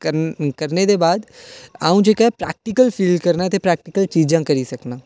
करन करने दे बाद अ'ऊं जेह्का प्रैक्टिकल फील करना ते प्रैक्टिकल चीजां करी सकना